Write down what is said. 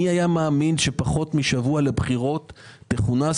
מי היה מאמין שפחות משבוע לפני הבחירות תכונס